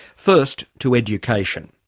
first, to education.